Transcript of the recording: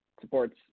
supports